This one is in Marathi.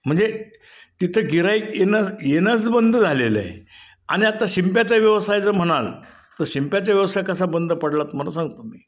म्हणजे तिथं गिऱ्हाईक येणं येणंच बंद झालेलं आहे आणि आता शिंप्याचा व्यवसाय जर म्हणाल तर शिंप्याचा व्यवसाय कसा बंद पडला तुम्हाला सांगतो मी